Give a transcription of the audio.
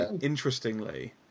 interestingly